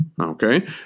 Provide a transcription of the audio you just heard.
Okay